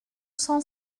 cent